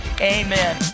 amen